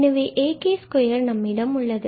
எனவே ak2 நம்மிடம் உள்ளது